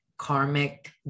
Karmic